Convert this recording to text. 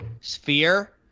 sphere